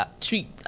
treat